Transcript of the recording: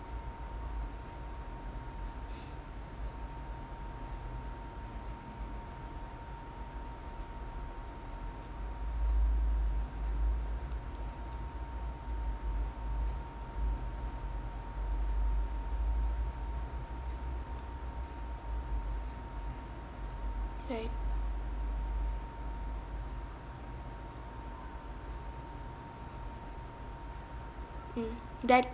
right mm that